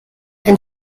ein